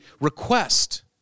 request